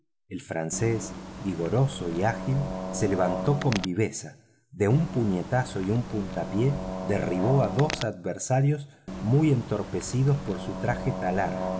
el francés vigoroso y ágil se levantó con viveza de un puñetazo y un puntapié derribó a dos adversarios muy entorpecidos por su traje talar